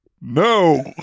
no